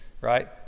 right